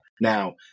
Now